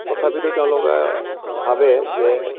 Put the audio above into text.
তথাপিও তেওঁলোকে ভাৱে যে